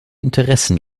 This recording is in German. interessen